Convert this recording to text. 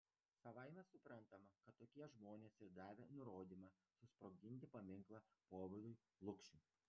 savaime suprantama kad tokie žmonės ir davė nurodymą susprogdinti paminklą povilui lukšiui